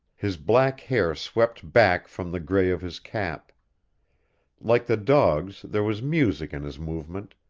his black hair swept back from the gray of his cap like the dogs there was music in his movement,